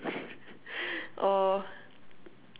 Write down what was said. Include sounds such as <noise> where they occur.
<laughs> or